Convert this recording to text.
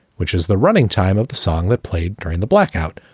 which is the running time of the song that played during the blackout.